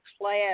class